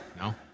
no